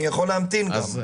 אני יכול להמתין גם,